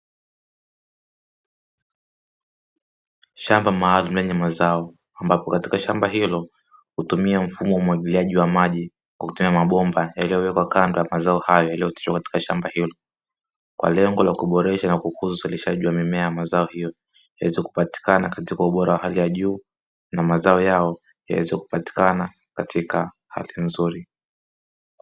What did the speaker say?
Shamba maalumu lenye mazao ambapo katika shamba hilo hutumia mfumo umwagiliaji wa maji kwa kutumia mabomba yaliyowekwa kando ya mazao hayo yaliyooteshwa katika shamba hilo kwa lengo la kuboresha na kukuzalishaji wa mimea ya mazao hiyo yaweze kupatikana katika ubora wa hali ya juu na mazao yao yaweze kupatikana katika hali nzuri.